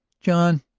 john,